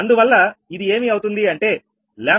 అందువల్ల ఇది ఏమి అవుతుంది అంటే 1dC1dPg10